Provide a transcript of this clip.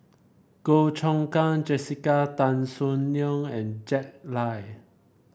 Goh Choon Kang Jessica Tan Soon Neo and Jack Lai